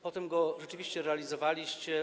Potem go rzeczywiście realizowaliście.